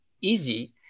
easy